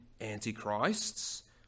antichrists